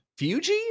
fuji